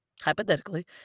hypothetically